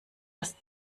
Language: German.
erst